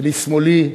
ולשמאלי,